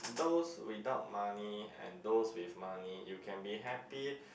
those without money and those with money you can be happy